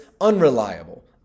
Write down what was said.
unreliable